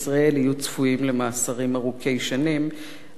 יהיו צפויים למאסרים ארוכי שנים רק מפני